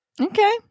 Okay